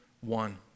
one